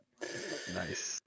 Nice